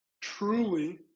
truly